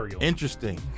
interesting